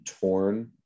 torn